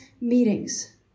meetings